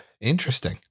Interesting